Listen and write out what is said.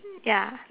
ya